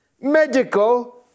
medical